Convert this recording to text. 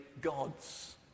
God's